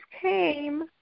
came